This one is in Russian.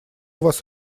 вас